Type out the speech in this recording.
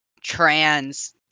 trans